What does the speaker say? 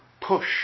push